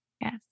Yes